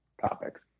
topics